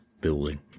building